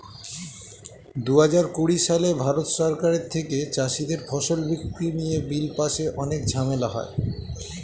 দুহাজার কুড়ি সালে ভারত সরকারের থেকে চাষীদের ফসল বিক্রি নিয়ে বিল পাশে অনেক ঝামেলা হয়